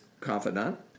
confidant